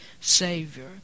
Savior